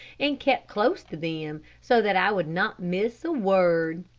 and kept close to them so that i would not miss a word.